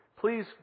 Please